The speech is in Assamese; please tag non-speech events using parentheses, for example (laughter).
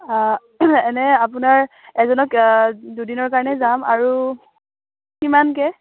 এনেই আপোনাৰ (unintelligible) দুদিনৰ কাৰণে যাম আৰু কিমানকৈ